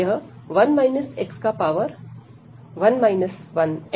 यह 1 n है जब x→1 है